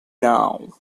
now